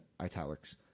italics